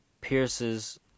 pierces